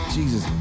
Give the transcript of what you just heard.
Jesus